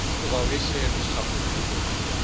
who always shared his chocolate milk with me,